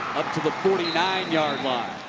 up to the forty nine yard line.